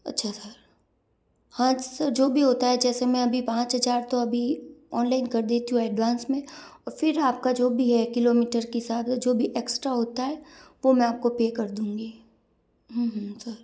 अच्छा सर हाँ सर जो भी होता है जैसे मैं अभी पाँच हज़ार तो अभी ऑनलाइन कर देती हूँ एडवांस में और फिर आप का जो भी है किलोमीटर के हिसाब जो भी एक्स्ट्रा होता है वो मैं आप को पे कर दूँगी सर